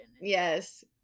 Yes